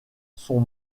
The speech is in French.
sont